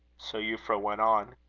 so euphra went on